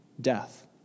death